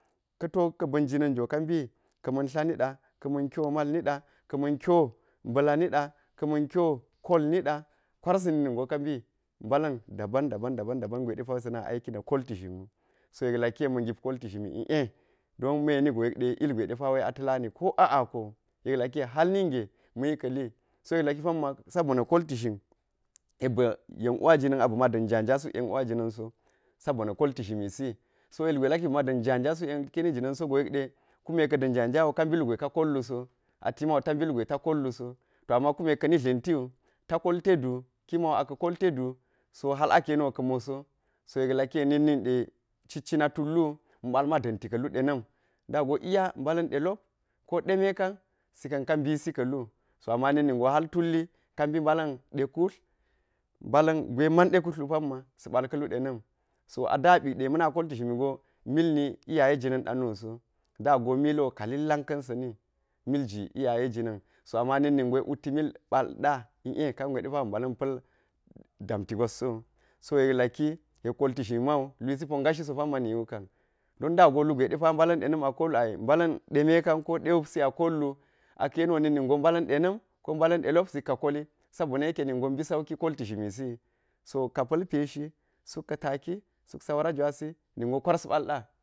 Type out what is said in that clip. Ka̱ to ka ba̱n jina̱n go kambi ka̱ ma̱n ȋla niɗa ka̱ ma̱n kyo mal niɗai ka̱ ma̱n kyo mba̱la niɗa ka̱ ma̱n kyo kol niɗa kwaras na̱k ningo kambi mbala̱m daban daban daban daban gwesa̱ na aki na kolti zhinwu soyek laki yekma̱ana kolti zhimi l'e don me yenigo yek dē ilgwe depawe a ta̱lani ko a akowu yek laki yek hal ninge ma̱yi ka̱li, so yek laki pamma sabo na kolti zhin yek yeu uwa jina̱n aba̱ ma da̱n nja nja suk yenuwa jina̱n so saboni kolti zhimi si, so ilgwe laki ba̱ ma̱ da̱n nja nja suk yilkeni jina̱n sogo yek de kume ka̱ da̱n nja nja go kabi lugwe ka kollu so atimawu tambi lugwe ta kollu so. To ama kuma kani dlentiwu ta kol tedu ki mawu aka̱ koltedu so hal aka̱ yeniwo ka̱ moso so yek laki na̱k ninɗ ciccina tullu wu ma̱ bal ma da̱nti ka̱lu dena̱m dago iya mbala̱n delop ko de mekan sa̱ ka̱n ka mbisi ka̱lu to a ma na̱k ningo hel tulli kambi mbala̱n de kutl mbala̱n gwe man de kutlwu pamma sa̱ bal ka̱ lu de na̱m so a ba ɓiɗe ma̱ na kolti zhinni go mil nilyaye jinan ɗa nuso da go mili kalillan ka̱n sa̱ni milji iyaye jina̱n, so ama na̱k ningo wutl mil bal ɗa l'e kangwe depa ba̱ mbala̱n pa̱l damti gwas sowu so ye laki yek kolti zhin mawu lusi ponga shiso pammpa niwu kam don da go lugwe depa mbala̱n de na̱m ai mbala̱n dēmekan ko de wupsi a kollu ake yenwo na̱k ningo mbala̱n dena̱m ko mbala̱n delop sikka koli sabona̱ yeke ningo mbi sanki kolti zhimisiwi, so ka̱ pa̱l peshi suk ka̱ taki suk saura jwasi ningo kwaras bal ɗa.